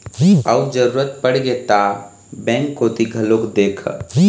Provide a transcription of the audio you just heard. अउ जरुरत पड़गे ता बेंक कोती घलोक देख